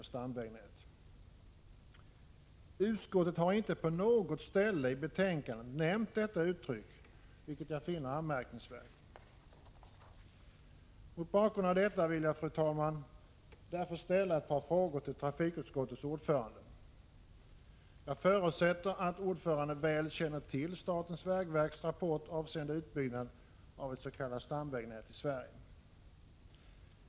Utskottet har inte på något ställe i betänkandet nämnt detta uttryck, vilket jag finner anmärkningsvärt. Mot bakgrund av detta vill jag, fru talman, därför ställa ett par frågor till trafikutskottets ordförande. Jag förutsätter att ordföranden väl känner till statens vägverks rapport avseende utbyggnad av ett s.k. stamvägnät i Sverige.